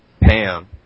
Pam